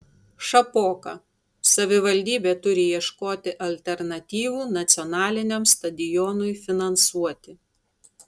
šapoka savivaldybė turi ieškoti alternatyvų nacionaliniam stadionui finansuoti